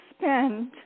spend